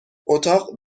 اتاق